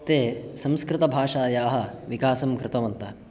ते संस्कृतभाषायाः विकासं कृतवन्तः